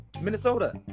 Minnesota